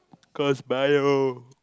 cause bio